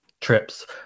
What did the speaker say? trips